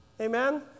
amen